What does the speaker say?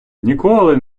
ніколи